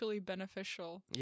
beneficial